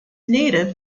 native